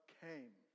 came